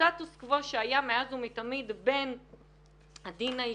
בסטטוס קוו שהיה מאז ומתמיד בין הדין האישי,